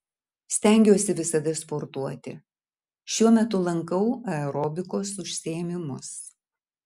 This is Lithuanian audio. stengiuosi visada sportuoti šiuo metu lankau aerobikos užsiėmimus